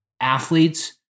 athletes